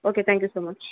okay thank you so much